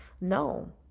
no